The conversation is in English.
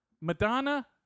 Madonna